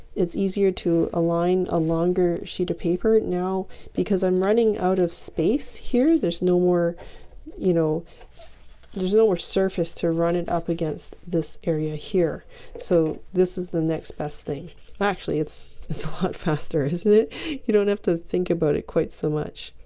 it's easier to align a longer sheet of paper no because i'm running out of space here there's no more you know there's no more surface to run it up against this area here so this is the next best thing actually it's it's faster isn't it you don't have to think about it quite so much